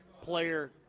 player